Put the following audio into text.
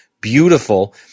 beautiful